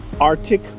Arctic